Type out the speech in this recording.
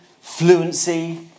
fluency